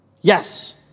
Yes